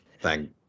thank